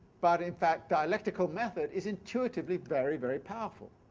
but in fact dialectical method is intuitively very, very powerful.